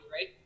right